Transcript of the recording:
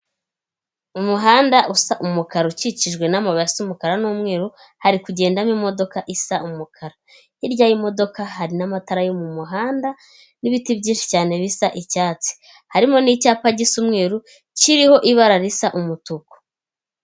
Umuhanda usa umukara ukikijwe n'amababuye asa umukara n'umweru hari kugendamo imodoka isa umukara, hirya y'imodoka hari n'amatara yo mu muhanda n'ibiti byinshi cyane bisa icyatsi, harimo n'icyapa gisa umweruru kiriho ibara risa umutuku.